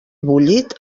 bullit